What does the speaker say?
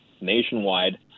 nationwide